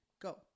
go